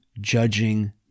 judging